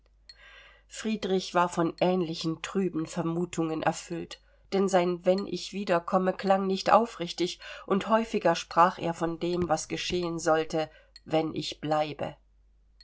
friedrich war von ähnlichen trüben vermutungen erfüllt denn sein wenn ich wiederkomme klang nicht aufrichtig und häufiger sprach er von dem was geschehen sollte wenn ich bleibe